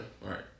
right